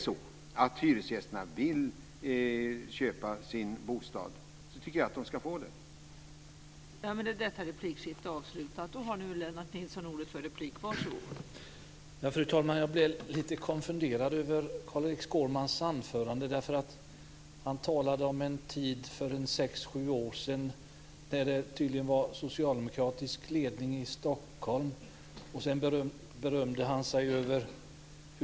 Om hyresgästerna vill köpa sin bostad tycker jag att de ska få göra det.